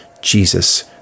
Jesus